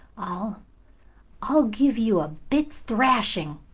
i'll i'll give you a big thrashing!